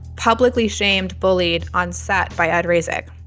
publicly shamed, bullied on sat by at razack